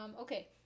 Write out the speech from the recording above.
Okay